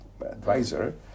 advisor